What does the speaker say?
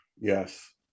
Yes